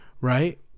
right